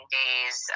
days